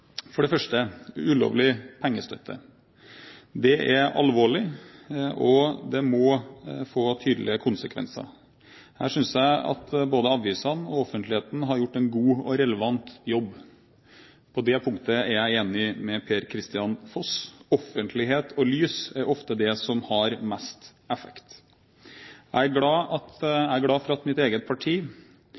For det første: ulovlig pengestøtte. Det er alvorlig, og det må få tydelige konsekvenser. Her synes jeg at både avisene og offentligheten har gjort en god og relevant jobb. På det punktet er jeg enig med Per-Kristian Foss. Offentlighet og lys er ofte det som har mest effekt. Jeg er glad for at mitt eget parti